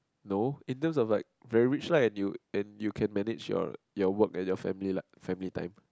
no in terms of like very rich lah and you and you can manage your your work and your family like family time